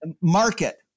market